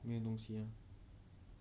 没有东西啦